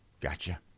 Gotcha